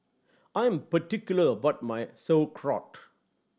I am particular about my Sauerkraut